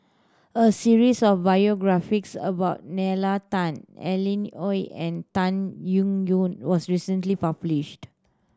a series of biographies about Nalla Tan Alan Oei and Tan Eng Yoon was recently published